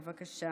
בבקשה.